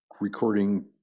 recording